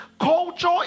culture